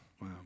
Wow